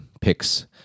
picks